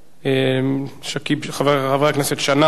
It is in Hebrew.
חברי הכנסת שנאן, חנין, לוין ואגבאריה.